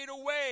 away